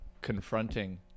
confronting